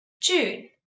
June